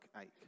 ache